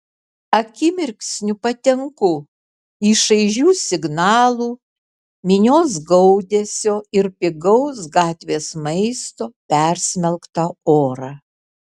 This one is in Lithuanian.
akimirksniu patenku į šaižių signalų minios gaudesio ir pigaus gatvės maisto persmelktą orą